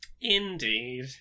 Indeed